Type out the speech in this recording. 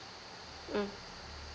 mm